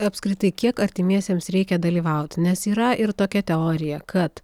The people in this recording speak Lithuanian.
apskritai kiek artimiesiems reikia dalyvauti nes yra ir tokia teorija kad